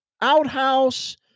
outhouse